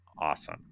awesome